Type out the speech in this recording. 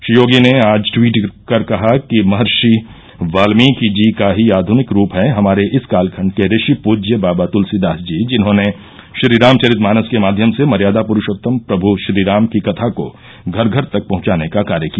श्री योगी ने आज ट्वीटकर कहा महर्षि वाल्मीकि जी का ही आध्निक रूप हैं हमारे इस कालखंड के ऋषि पूज्य बाबा तुलसीदास जी जिन्होंने श्रीरामचरितमानस के माध्यम से मर्यादा प्रुषोत्तम प्रभ् श्री राम की कथा को घर घर तक पहंचाने का कार्य किया